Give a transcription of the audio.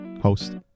host